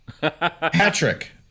Patrick